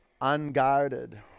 Unguarded